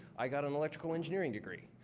i got an electrical engineering degree.